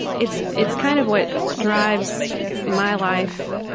it's it's kind of what drives my life,